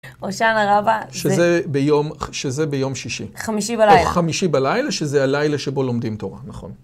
הושענה רבא שזה ביום שישי. חמישי בלילה. חמישי בלילה שזה הלילה שבו לומדים תורה, נכון.